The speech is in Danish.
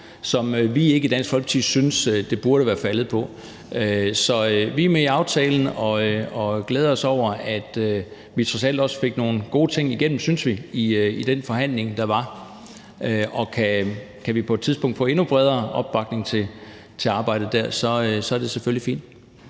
som vi i Dansk Folkeparti ikke synes det burde være faldet på. Så vi er med i aftalen og glæder os over, at vi trods alt også fik nogle gode ting igennem, synes vi, i den forhandling, der var. Kan vi på et tidspunkt få endnu bredere opbakning til arbejdet der, er det selvfølgelig fint.